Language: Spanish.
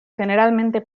generalmente